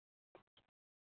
sir I phone